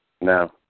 No